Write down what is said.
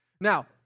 Now